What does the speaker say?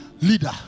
Leader